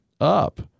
up